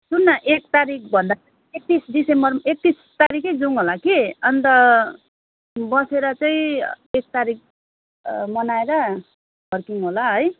सुन् न एक तारिकभन्दा एक्तिस दिसम्बर एक्तिस तारिकै जाउँ होला कि अन्त बसेर चाहिँ एक तारिक मनाएर फर्कियौँ होला है